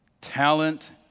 Talent